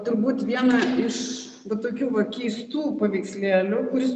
turbūt vieną iš tokių va keistų paveikslėlių kuris